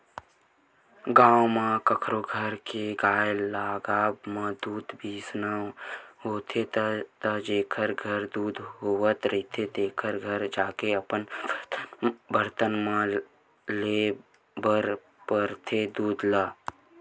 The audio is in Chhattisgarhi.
गाँव म कखरो घर के गाय लागब म दूद बिसाना होथे त जेखर घर दूद होवत रहिथे तेखर घर जाके अपन बरतन म लेय बर परथे दूद ल